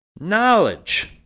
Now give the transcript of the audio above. knowledge